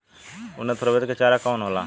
उन्नत प्रभेद के चारा कौन होला?